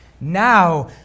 now